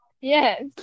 Yes